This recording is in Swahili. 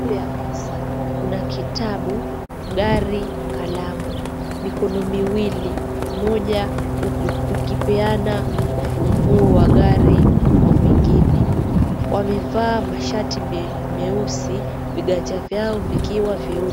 Juu ya meza kuna kitabu, gari, kalamu. Mikono miwili, moja ukipeana ufunguo wa gari kwa mwengine. Wamevaa mashati meusi viganja vyao vikiwa vyeupe.